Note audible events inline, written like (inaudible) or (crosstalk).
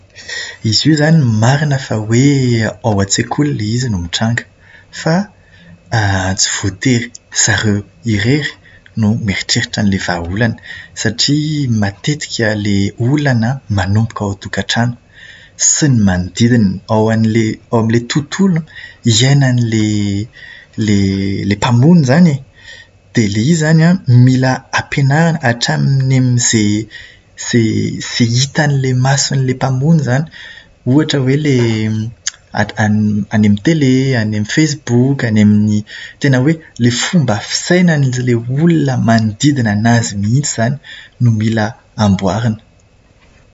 Izy io izany marina fa hoe ao an-tsekoly ilay izy no mitranga. Fa (hesitation) tsy voatery zareo irery no mieritreritra an'ilay vahaolana. Satria matetika ilay olana manomboka ao an-tokatrano sy ny manodidina. Ao an'ilay- ao amin'ilay tontolo iainan'ilay ilay ilay mampono izany e. Dia ilay izy izany an, mila ampianarina hatramin'ny amin'izay izay hitan'ilay mason'ilay mpamono izany. Ohatra hoe ilay an- an- any amin'ny tele, any amin'ny Facebook. Tena hoe ilay fomba fisainan'ilay olona manodidina anazy mihitsy izany no mila amboarina.